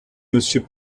monsieur